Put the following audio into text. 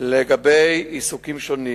לגבי עיסוקים שונים.